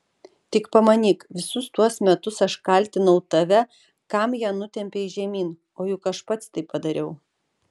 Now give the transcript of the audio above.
tik pamanyk visus tuos metus aš kaltinau tave kam ją nutempei žemyn o juk aš pats tai padariau